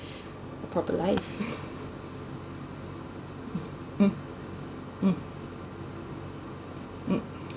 a proper life uh uh